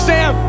Sam